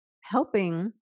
helping